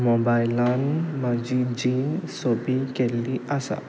मोबायलान म्हाजी जीण सोंपी केल्ली आसा